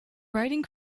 writing